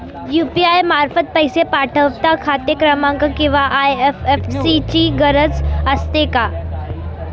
UPI मार्फत पैसे पाठवता खाते क्रमांक किंवा आय.एफ.एस.सी ची गरज असते का?